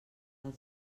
del